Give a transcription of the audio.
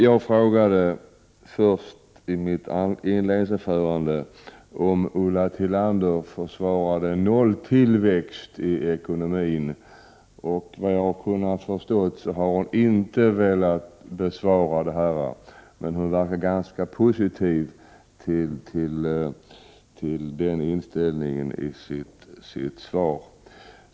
Jag frågade i mitt inledningsanförande om Ulla Tillander försvarade nolltillväxt i ekonomin. Såvitt jag har förstått har hon inte velat besvara den frågan, men hon verkar ganska positiv till detta i sitt svar.